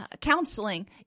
counseling